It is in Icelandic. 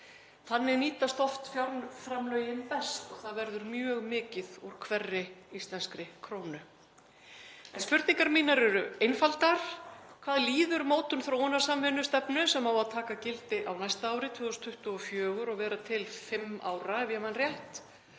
Þannig nýtast oft fjárframlögin best og það verður mjög mikið úr hverri íslenskri krónu. Spurningar mínar eru einfaldar: Hvað líður mótun þróunarsamvinnustefnu sem á að taka gildi á næsta ári, 2024, og vera til fimm ára, ef ég man rétt,